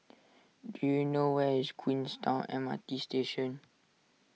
do you know where is Queenstown M R T Station